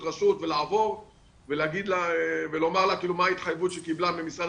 לעבור רשות-רשות ולומר לה מה ההתחייבות שהיא קיבלה ממשרד